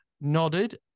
nodded